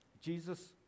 Jesus